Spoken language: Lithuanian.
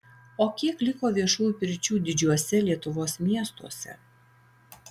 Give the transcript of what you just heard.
o kiek liko viešųjų pirčių didžiuose lietuvos miestuose